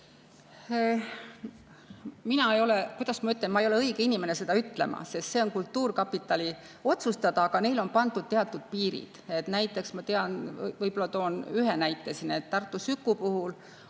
kuidas ma ütlen, õige inimene seda ütlema, sest see on kultuurkapitali otsustada, aga nad on pannud teatud piirid. Näiteks ma tean, võib-olla toon ühe näite, et Tartu Süku puhul